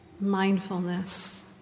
mindfulness